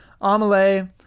Amelie